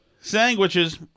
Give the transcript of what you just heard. Sandwiches